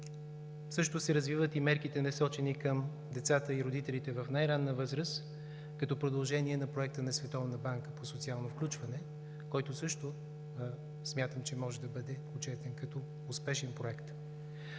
също се развиват, и мерките, насочени към децата и родителите в най-ранна възраст като продължение на проекта на Световна банка по социално включване, който също смятам, че може да бъде отчетен като успешен проект.